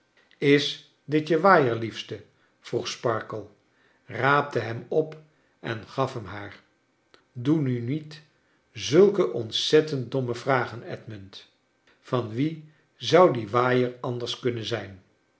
is dit je waaier liefste vroeg sparkler raapte hem op en gaf hem haar doe nu niet zulke ontzettend domrne vragen edmund van wie zou die waaier anders kunnen zijn